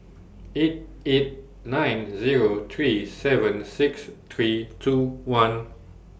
eight eight nine Zero three seven six three two one